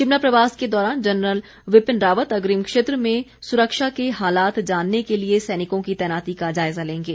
शिमला प्रवास के दौरान जनरल विपिन रावत अग्रिम क्षेत्र में सुरक्षा के हालात जानने के लिए सैनिकों की तैनाती का जायजा लेंगे